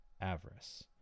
avarice